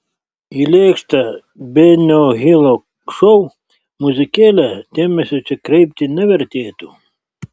į lėkštą benio hilo šou muzikėlę dėmesio čia kreipti nevertėtų